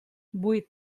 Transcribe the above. vuit